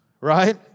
right